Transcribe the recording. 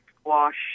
squash